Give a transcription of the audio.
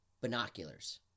Binoculars